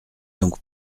donc